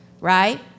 right